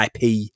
IP